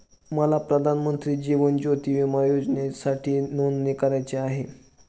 मला प्रधानमंत्री जीवन ज्योती विमा योजनेसाठी नोंदणी करायची आहे